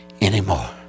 anymore